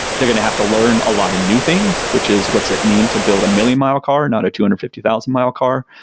they're going to have to learn a lot of new things, which is what's it mean to build a million-mile car, not a two hundred and fifty thousand mile car.